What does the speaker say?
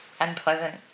unpleasant